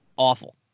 Awful